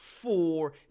four